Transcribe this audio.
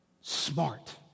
Smart